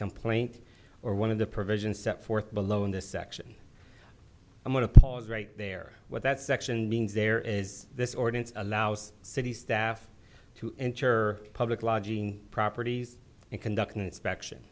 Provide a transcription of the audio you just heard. complaint or one of the provisions set forth below in this section i'm going to pause right there what that section means there is this ordinance allows city staff to enter public lodging properties and conduct an inspection